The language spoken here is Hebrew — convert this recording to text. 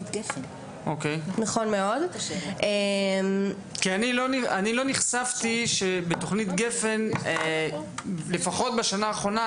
אני לא נחשפתי שבתוכנית גפ"ן לפחות בשנה האחרונה,